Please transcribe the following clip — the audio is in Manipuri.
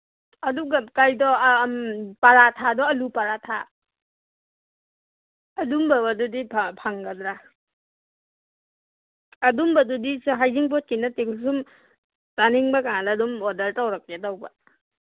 ꯑꯗꯨꯒ ꯄꯔꯥꯊꯥꯗꯣ ꯑꯥꯜꯂꯨ ꯄꯔꯥꯊꯥ ꯑꯗꯨꯝꯕꯗꯨꯗꯤ ꯐꯪꯒꯗ꯭ꯔꯥ ꯑꯗꯨꯝꯕꯗꯨꯗꯤ ꯍꯩꯖꯤꯡꯄꯣꯠꯀꯤ ꯅꯠꯇꯦꯀꯣ ꯁꯨꯝ ꯆꯥꯅꯤꯡꯕ ꯀꯥꯟꯗ ꯑꯗꯨꯝ ꯑꯣꯗꯔ ꯇꯧꯔꯛꯀꯦ ꯇꯧꯕ